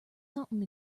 something